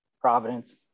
providence